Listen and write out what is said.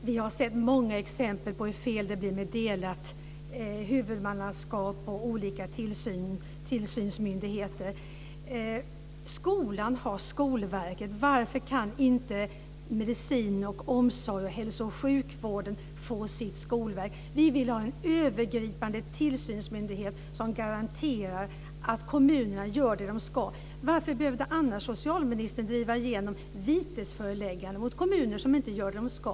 Fru talman! Vi har sett många exempel på hur fel det blir med delat huvudmannaskap och olika tillsynsmyndigheter. Skolan har Skolverket. Varför kan inte medicin, omsorg, hälso och sjukvården få sitt skolverk. Vi vill ha en övergripande tillsynsmyndighet som garanterar att kommunerna gör det de ska. Varför behövde annars socialministern driva igenom vitesföreläggande mot kommuner som inte gör vad de ska?